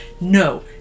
No